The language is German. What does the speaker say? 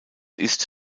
ist